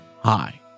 hi